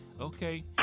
Okay